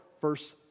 verse